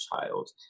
child